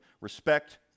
respect